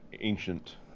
ancient